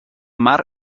mar